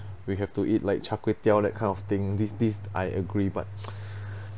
we have to eat like char kway teow that kind of thing this this I agree but